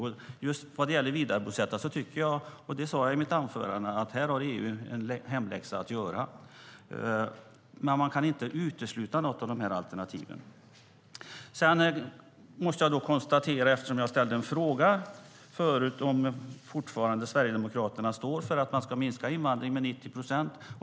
Just när det gäller detta har EU en hemläxa att göra, och det sa jag också i mitt anförande. Men man kan inte utesluta något av dessa alternativ. Jag ställde en fråga om Sverigedemokraterna fortfarande står för att minska invandringen med 90 procent.